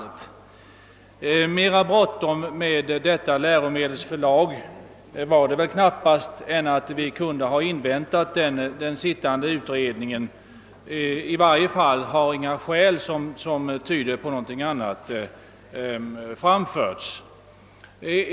Men mera bråttom med detta läromedelsförlag är det väl knappast än att man kunde ha inväntat den pågående utredningen; i varje fall har inga skäl som tyder på någonting annat framförts.